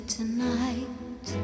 tonight